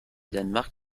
danemark